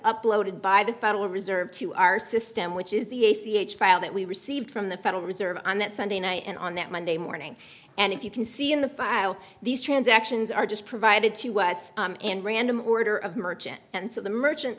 uploaded by the federal reserve to our system which is the a c h file that we received from the federal reserve on that sunday night and on that monday morning and if you can see in the file these transactions are just provided to us and random order of merchant and so the merchant